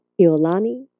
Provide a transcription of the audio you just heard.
Iolani